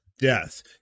Death